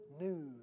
news